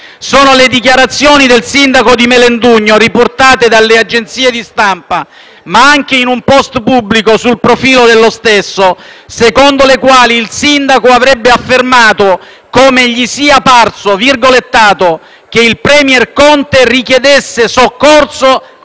Sono le dichiarazioni del sindaco di Melendugno, riportate dalle agenzie di stampa, ma anche in un *post* pubblico sul profilo dello stesso, secondo le quali il sindaco avrebbe affermato come gli sia parso che il *premier* Conte richiedesse soccorso